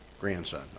grandson